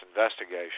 investigation